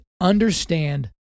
understand